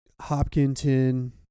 Hopkinton